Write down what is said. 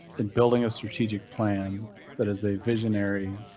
in building a strategic plan that is a visionary.